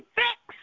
fix